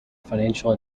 financial